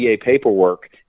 paperwork